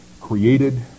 created